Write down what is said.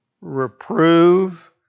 reprove